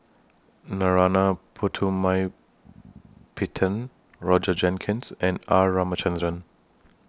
Narana Putumaippittan Roger Jenkins and R Ramachandran